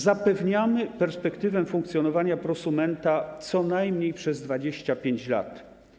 Zapewniamy perspektywę funkcjonowania prosumenta co najmniej przez 25 lat.